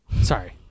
Sorry